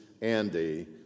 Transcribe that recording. Andy